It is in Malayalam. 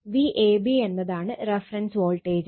Vab എന്നതാണ് റഫറൻസ് വോൾട്ടേജ്